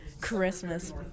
Christmas